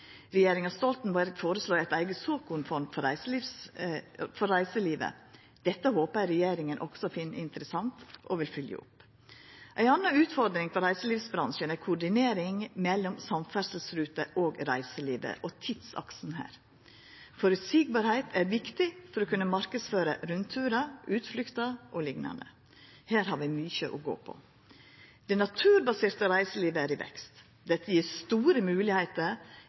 Regjeringa Stoltenberg foreslo eit eige såkornfond for reiselivet. Dette håpar eg at regjeringa også finn interessant og vil fylgja opp. Ei anna utfordring for reiselivsbransjen er koordinering mellom samferdsleruter og reiselivet – og tidsaksen her. Føreseielegheit er viktig for å kunna marknadsføre rundturar, utflukter og liknande. Her har vi mykje å gå på. Det naturbaserte reiselivet er i vekst. Dette gjev store